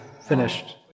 finished